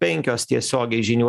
penkios tiesiogiai žinių